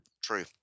True